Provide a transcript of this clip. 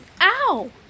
Ow